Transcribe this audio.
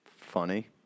funny